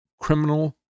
criminal